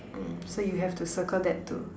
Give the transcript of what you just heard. mm so you have to circle that too